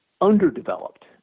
underdeveloped